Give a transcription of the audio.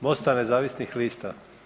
Mosta nezavisnih lista.